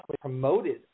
promoted